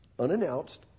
unannounced